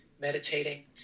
meditating